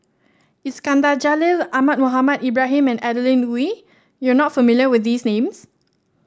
Iskandar Jalil Ahmad Mohamed Ibrahim and Adeline Ooi you are not familiar with these names